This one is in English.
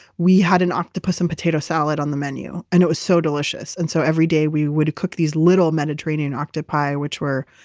we had an octopus and potato salad on the menu and it was so delicious. and so every day, we would cook these little mediterranean octopi which were,